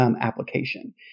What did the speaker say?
application